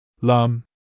Lum